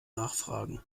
nachfragen